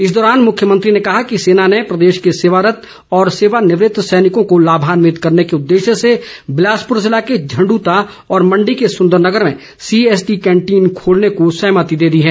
इस दौरान मुख्यमंत्री ने कहा कि सेना ने प्रदेश के सेवारत और सेवानिवृत सैनिकों को लाभान्वित करने के उदेश्य से बिलासपुर जिले के झंडुता और मंडी के सुंदरनगर में सीएसडी कैंटीन खोलने को सहमति दे दी है